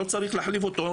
לא צריך להחליף אותו,